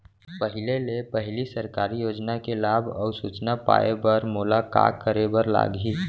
पहिले ले पहिली सरकारी योजना के लाभ अऊ सूचना पाए बर मोला का करे बर लागही?